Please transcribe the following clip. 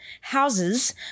houses